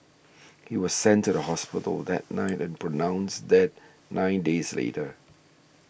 he was sent to the hospital that night and pronounced dead nine days later